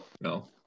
no